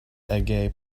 ege